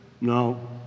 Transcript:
No